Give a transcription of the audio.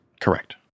Correct